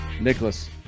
Nicholas